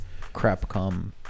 Crapcom